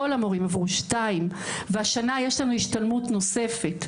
כל המורים עברו שתיים והשנה יש לנו השתלמות נוספת.